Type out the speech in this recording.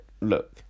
look